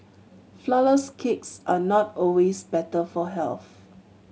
flourless cakes are not always better for health